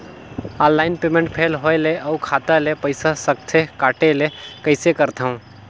Online payment fail होय ले अउ खाता ले पईसा सकथे कटे ले कइसे करथव?